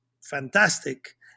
fantastic